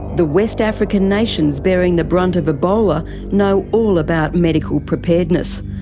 the west african nations bearing the brunt of ebola know all about medical preparedness,